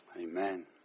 Amen